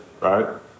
right